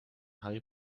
harry